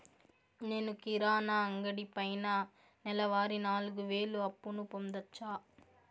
నేను కిరాణా అంగడి పైన నెలవారి నాలుగు వేలు అప్పును పొందొచ్చా?